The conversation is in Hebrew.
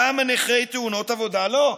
למה נכי תאונות עבודה לא?